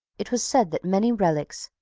it was said that many relics,